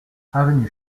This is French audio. avenue